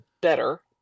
better